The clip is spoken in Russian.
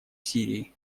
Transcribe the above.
сирии